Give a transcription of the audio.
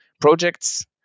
projects